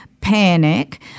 panic